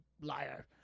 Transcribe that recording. liar